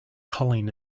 culling